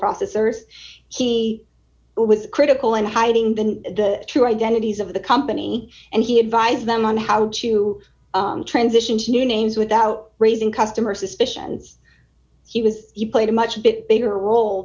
processors he was critical and hiding than the true identities of the company and he advised them on how to transition to new names without raising customer suspicions he was played a much bit bigger role